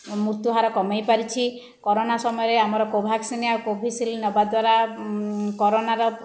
ମୃତ୍ୟୁ ହାର କମେଇ ପାରିଛି କୋରନା ସମୟରେ ଆମର କୋଭାକ୍ସିନ ଆଉ କୋଭିଶିଲ୍ଡ଼ ନେବା ଦ୍ୱାରା କୋରନାର